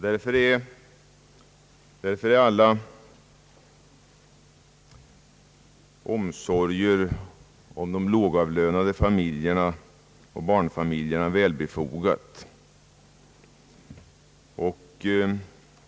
Därför är alla omsorger om de lågavlönade barnfamiljerna välbefogade.